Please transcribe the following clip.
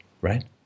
right